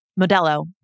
Modelo